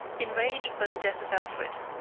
enraged by the death of alfred,